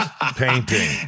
Painting